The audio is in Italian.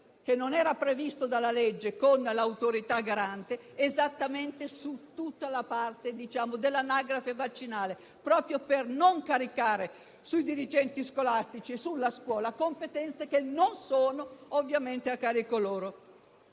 che non era previsto dalla legge, con l'Autorità garante proprio su tutta la parte dell'anagrafe vaccinale, per non far pesare sui dirigenti scolastici e sulla scuola competenze che non sono ovviamente a carico loro.